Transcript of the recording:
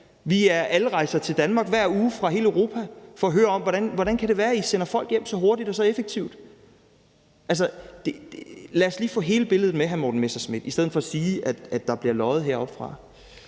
land. Alle rejser til Danmark hver uge fra hele Europa for at høre: Hvordan kan det være, at I sender folk hjem så hurtigt og så effektivt? Lad os lige få hele billedet med, hr. Morten Messerschmidt, i stedet for at sige, at der bliver løjet heroppefra.